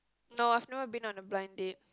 no I've never been on a blind date